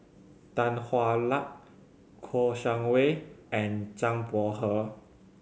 Tan Hwa Luck Kouo Shang Wei and Zhang Bohe